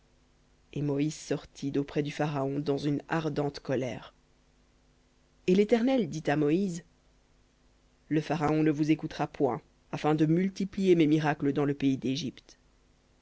et sortit d'auprès du pharaon dans une ardente colère et l'éternel dit à moïse le pharaon ne vous écoutera point afin de multiplier mes miracles dans le pays d'égypte